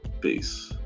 Peace